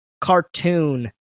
cartoon